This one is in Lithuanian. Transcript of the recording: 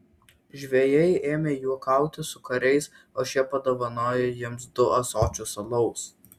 žvejai ėmė juokauti su kariais o šie padovanojo jiems du ąsočius alaus